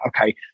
okay